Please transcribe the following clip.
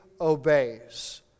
obeys